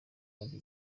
ari